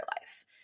life